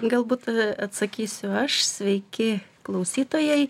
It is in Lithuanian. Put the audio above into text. galbūt atsakysiu aš sveiki klausytojai